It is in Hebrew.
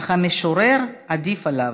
אך המשורר עדיף עליו,